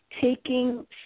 taking